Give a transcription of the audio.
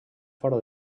fora